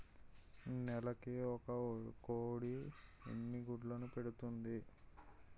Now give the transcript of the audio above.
నెలకి ఒక కోడి ఎన్ని గుడ్లను పెడుతుంది?